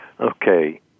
okay